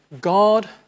God